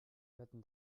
wetten